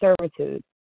servitude